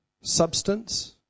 substance